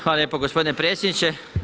Hvala lijepo gospodine predsjedniče.